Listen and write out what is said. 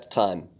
time